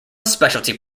specialty